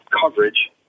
coverage